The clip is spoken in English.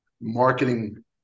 marketing